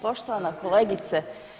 Poštovana kolegice.